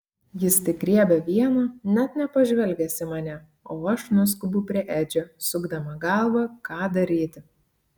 jis tik griebia vieną net nepažvelgęs į mane o aš nuskubu prie edžio sukdama galvą ką daryti